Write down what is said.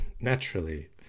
naturally